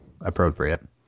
Appropriate